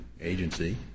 agency